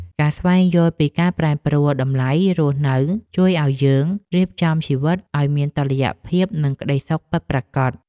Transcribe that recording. ការស្វែងយល់ពីការប្រែប្រួលតម្លៃរស់នៅជួយឱ្យយើងរៀបចំជីវិតឱ្យមានតុល្យភាពនិងក្ដីសុខពិតប្រាកដ។